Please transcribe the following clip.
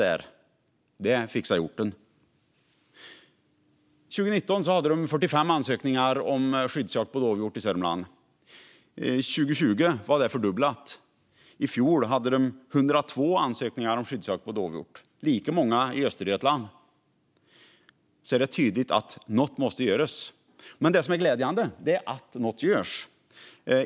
År 2019 hade Sörmland 45 ansökningar om skyddsjakt av dovhjort, 2020 var antalet fördubblat och i fjol hade man 102 ansökningar. I Östergötland var de lika många. Det är alltså tydligt att något måste göras. Det glädjande är att något görs.